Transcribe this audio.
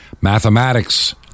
mathematics